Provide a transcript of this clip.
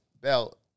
belt